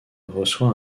reçoit